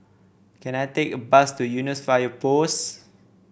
can I take a bus to Eunos Fire Post